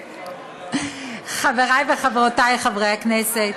חברי וחברותי חברי הכנסת,